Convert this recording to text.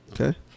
Okay